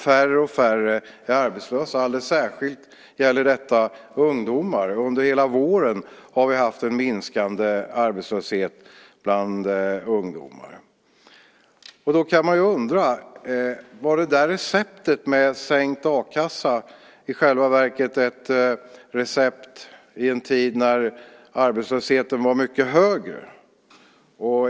Färre och färre är arbetslösa. Alldeles särskilt gäller detta ungdomar. Under hela våren har vi haft en minskande arbetslöshet bland ungdomar. Då kan man undra: Var receptet med sänkt a-kassa i själva verket ett recept i en tid när arbetslösheten var mycket högre?